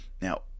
Now